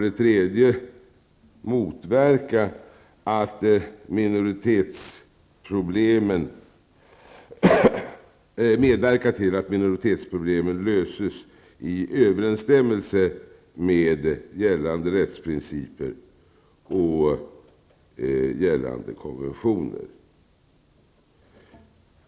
Dessutom bör regeringen medverka till att minoritetsproblemen löses i överensstämmelse med gällande rättsprinciper och gällande konventioner.